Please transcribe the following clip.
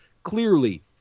clearly